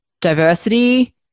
diversity